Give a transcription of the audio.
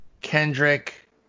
Kendrick